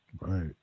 Right